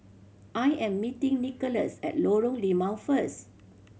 I am meeting Nikolas at Lorong Limau first